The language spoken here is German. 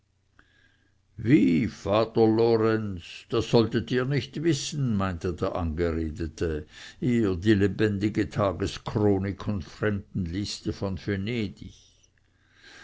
wie vater lorenz das solltet ihr nicht wissen meinte der angeredete ihr die lebendige tageschronik und fremdenliste von venedig